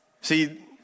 See